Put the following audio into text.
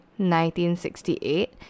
1968